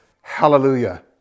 Hallelujah